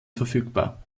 verfügbar